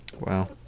Wow